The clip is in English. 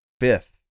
Fifth